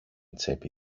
τσέπη